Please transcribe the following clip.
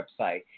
website